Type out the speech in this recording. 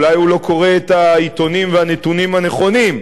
אולי הוא לא קורא את העיתונים והנתונים הנכונים,